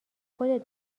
خودت